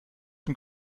dem